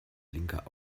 blinker